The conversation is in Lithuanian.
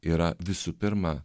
yra visų pirma